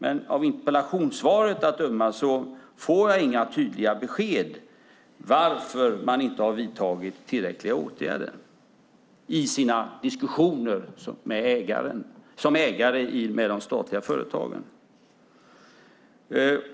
Men av interpellationssvaret att döma får jag inga tydliga besked om varför man inte som ägare har vidtagit tillräckliga åtgärder i sina diskussioner med de statliga företagen.